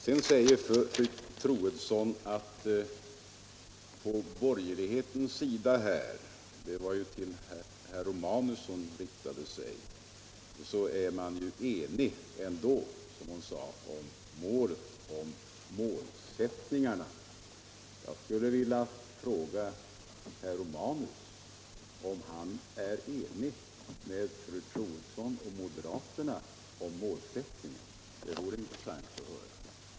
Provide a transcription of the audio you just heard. Sedan sade fru Troedsson att man på borgerlig sida — hon riktade sig till herr Romanus — ändå är enig om målsättningarna. Jag skulle vilja fråga herr Romanus om han är ense med fru Troedsson och moderaterna om målsättningarna. Det vore intressant att höra.